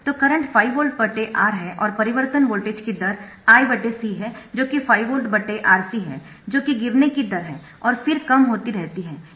तो current 5 volt R है और परिवर्तन वोल्टेज की दर I C है जो कि 5 वोल्ट RC है जो कि गिरने की दर है और फिर कम होती रहती है